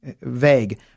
Vague